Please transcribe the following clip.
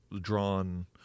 drawn